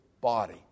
body